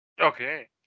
Okay